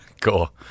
Cool